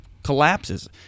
Collapses